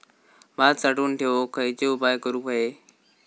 भात साठवून ठेवूक खयचे उपाय करूक व्हये?